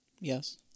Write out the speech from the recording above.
Yes